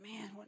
man